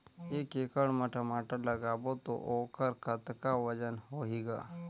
एक एकड़ म टमाटर लगाबो तो ओकर कतका वजन होही ग?